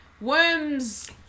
Worms